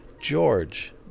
George